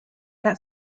get